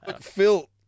phil